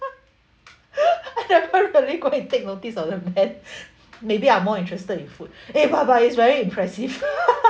I never really go and take notice of the men maybe I'm more interested in food eh but but it's very impressive